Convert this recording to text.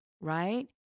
right